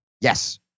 Yes